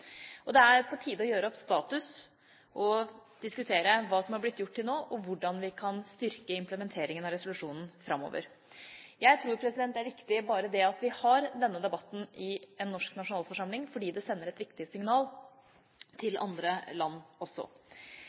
Det er på tide å gjøre opp status og diskutere hva som har blitt gjort til nå, og hvordan vi kan styrke implementeringen av resolusjonen framover. Jeg tror det er viktig bare det at vi har denne debatten i den norske nasjonalforsamlingen, fordi det sender et viktig signal til andre land også.